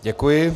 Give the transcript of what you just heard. Děkuji.